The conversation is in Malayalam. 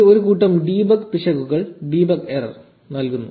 ഇത് ഒരു കൂട്ടം ഡീബഗ് പിശകുകൾ ഡീബഗ് എറർ നൽകുന്നു